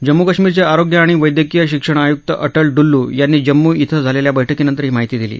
जम्मू काश्मीरचे आरोग्य आणि वैद्यकीय शिक्षण आयुक्त अटल इल्लू यांनी जम्मू इथं झालेल्या बैठकीनंतर ही माहिती दिली